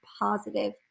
positive